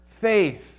faith